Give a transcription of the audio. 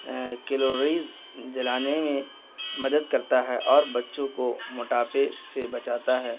calories جلانے میں مدد کرتا ہے اور بچوں کو موٹاپے سے بچاتا ہے